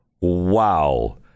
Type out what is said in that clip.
Wow